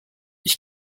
ich